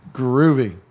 groovy